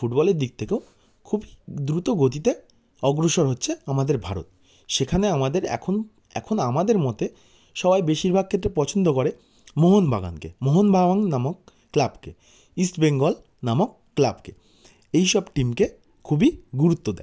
ফুটবলের দিক থেকেও খুব দ্রুত গতিতে অগ্রসর হচ্ছে আমাদের ভারত সেখানে আমাদের এখন এখন আমাদের মতে সবাই বেশিরভাগ ক্ষেত্রে পছন্দ করে মোহনবাগানকে মোহনবাগান নামক ক্লাবকে ইস্টবেঙ্গল নামক ক্লাবকে এইসব টিমকে খুবই গুরুত্ব দেয়